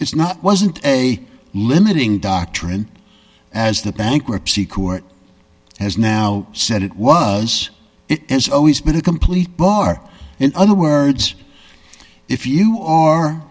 is not wasn't a limiting doctrine as the bankruptcy court has now said it was it has always been a complete bar in other words if you are